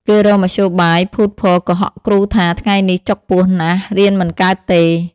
គេរកមធ្យោបាយភូត ភរ កុហកគ្រូថា ថ្ងៃនេះចុកពោះណាស់រៀនមិនកើតទេ ។